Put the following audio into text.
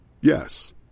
Yes